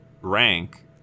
rank